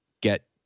get